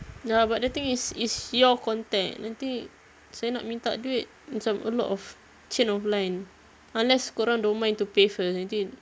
ya but the thing is is your contact nanti saya nak minta duit macam a lot of chain of line unless korang don't mind to pay first nanti